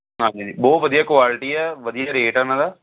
ਹਾਂਜੀ ਹਾਂਜੀ ਬਹੁਤ ਵਧੀਆ ਕੁਆਲਿਟੀ ਆ ਵਧੀਆ ਰੇਟ ਆ ਉਹਨਾਂ ਦਾ